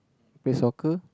play soccer